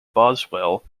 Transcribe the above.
boswell